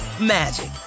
magic